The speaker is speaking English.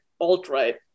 alt-right